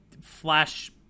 flash –